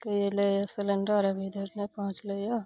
कय लै सिलेंडर अभी धरि नहि पहुँचलइए यऽ